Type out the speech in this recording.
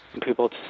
People